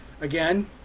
Again